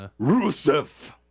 Rusev